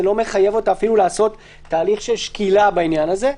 זה לא מחייב אותה אפילו לעשות תהליך שקילה בעניין הזה.